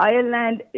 Ireland